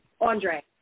Andre